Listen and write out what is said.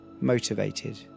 motivated